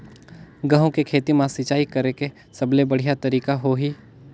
गंहू के खेती मां सिंचाई करेके सबले बढ़िया तरीका होही?